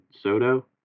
Soto